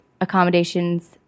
accommodations